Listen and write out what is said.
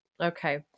Okay